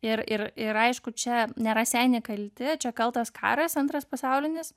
ir ir ir aišku čia ne raseiniai kalti čia kaltas karas antras pasaulinis